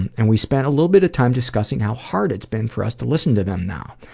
and and we spent a little bit of time discussing how hard it's been for us to listen to them now.